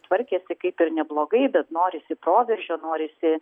tvarkėsi kaip ir neblogai bet norisi proveržio norisi